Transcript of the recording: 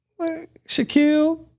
Shaquille